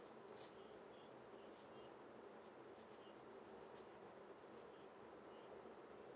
play